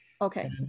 Okay